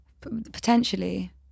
Potentially